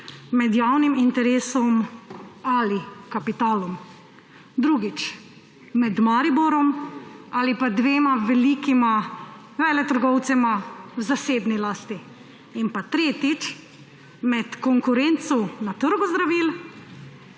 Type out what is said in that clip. med javnim interesom ali kapitalom. Drugič, med Mariborom ali pa dvema velikima veletrgovcema v zasebni lasti. Tretjič, med konkurenco na trgu zdravil